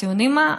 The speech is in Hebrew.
אתם יודעים מה,